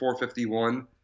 451